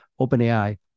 OpenAI